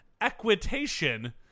equitation